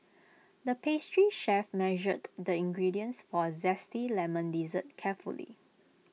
the pastry chef measured the ingredients for A Zesty Lemon Dessert carefully